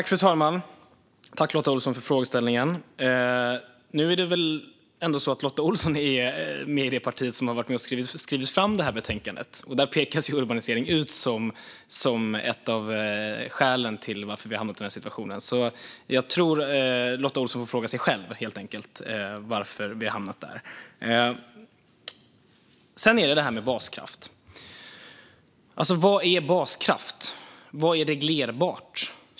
Fru talman! Tack, Lotta Olsson, för frågeställningen! Lotta Olsson är väl ändå med i ett parti som har varit med och skrivit detta betänkande, och där pekas urbanisering ut som ett av skälen till att vi har hamnat i denna situation. Jag tror att Lotta Olsson får fråga sig själv varför vi har hamnat där. Sedan gäller det baskraft. Vad är baskraft? Vad är reglerbart?